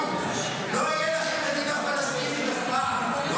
לא תהיה לכם מדינה פלסטינית אף פעם.